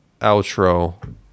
outro